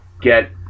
get